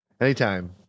Anytime